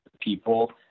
people